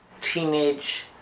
teenage